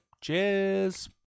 cheers